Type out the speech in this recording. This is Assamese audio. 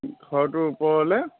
ঘৰটোৰ ওপৰলৈ